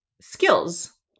skills